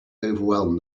overwhelmed